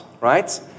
right